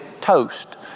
toast